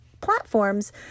platforms